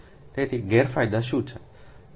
તેથી ગેરફાયદા શું છે